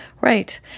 Right